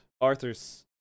arthur's